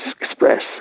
express